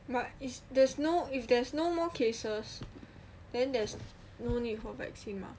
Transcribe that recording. but it's there's no if there's no more cases then there's no need for vaccine mah